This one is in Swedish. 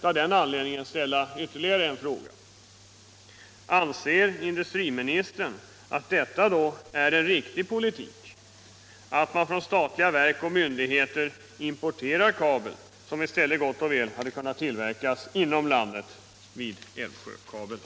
Av den anledningen vill jag ställa ytterligare en fråga: Anser industriministern att det är en riktig politik att låta statliga verk och myndigheter importera kabel, som i stället mycket väl hade kunnat tillverkas vid Älvsjöanläggningen?